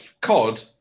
COD